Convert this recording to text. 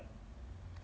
um